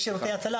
שעות ההצלה